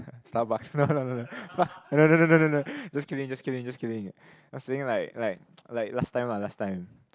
Starbucks no no no no no no no no no just kidding just kidding just kidding I'm saying like like like last time lah last time